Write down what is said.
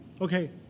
okay